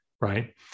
Right